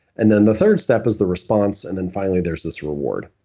and then the third step is the response and then finally there's this reward.